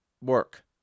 work